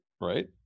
right